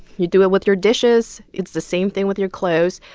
you do it with your dishes. it's the same thing with your clothes.